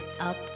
up